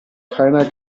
keiner